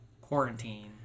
Quarantine